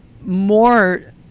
more